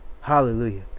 Hallelujah